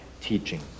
teaching